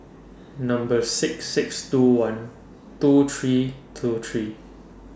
Number six six two one two three two three